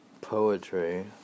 poetry